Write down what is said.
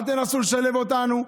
אל תנסו לשלב אותנו,